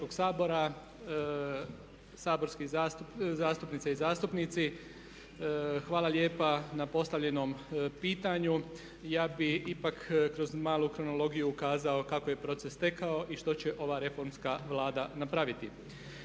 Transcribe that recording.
hvala lijepa na postavljenom pitanju. Ja bih ipak kroz malu kronologiju ukazao kako je proces tekao i što će ova reformska Vlada napraviti.